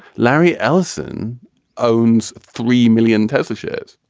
larry ellison owns three million tesla shares.